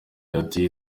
ati